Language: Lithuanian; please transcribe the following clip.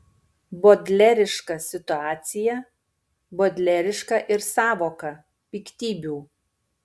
bodleriška situacija bodleriška ir sąvoka piktybių